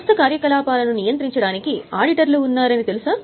సంస్థ కార్యకలాపాలను నియంత్రించడానికి ఆడిటర్లు ఉన్నారని తెలుసా